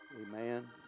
Amen